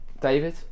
David